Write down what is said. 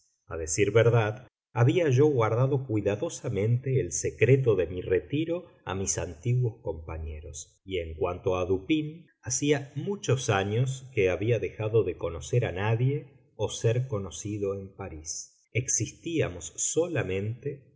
a decir verdad había yo guardado cuidadosamente el secreto de mi retiro a mis antiguos compañeros y en cuanto a dupín hacía muchos años que había dejado de conocer a nadie o ser conocido en parís existíamos solamente